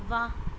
ਵਾਹ